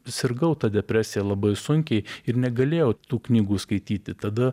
sirgau depresija labai sunkiai ir negalėjau tų knygų skaityti tada